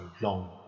long